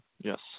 Yes